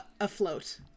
afloat